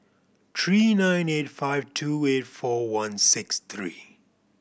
three nine eight five two eight four one six three